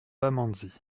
pamandzi